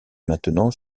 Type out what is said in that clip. maintenant